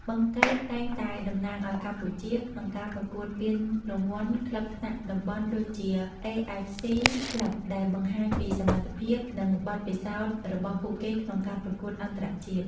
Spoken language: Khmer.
បឹងកេតតែងតែតំណាងឲ្យកម្ពុជាក្នុងការប្រកួតពានរង្វាន់ក្លឹបថ្នាក់តំបន់ដូចជា AFC Cup ដែលបង្ហាញពីសមត្ថភាព និងបទពិសោធន៍របស់ពួកគេក្នុងការប្រកួតអន្តរជាតិ។